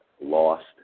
Lost